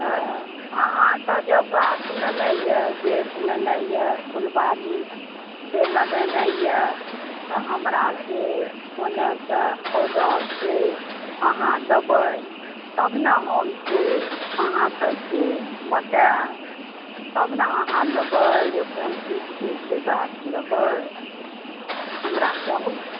अच्छा अहाँके जँ गाछ लेनाइ अइ बेख लेनाइ अइ फुलवारीके लगेनाइ अइ आ हमरा से ओन्ने से ऑडर से अहाँ देबै तब ने हम से अहाँके से बताएब तब ने अहाँ लेबै जे कोन चीजके से गाछ लेबै हमरा कहू